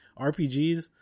rpgs